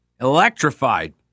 Electrified